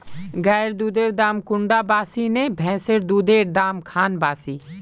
गायेर दुधेर दाम कुंडा बासी ने भैंसेर दुधेर र दाम खान बासी?